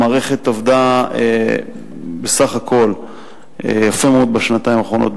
המערכת עבדה בסך הכול יפה מאוד בשנתיים האחרונות,